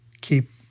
keep